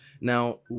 Now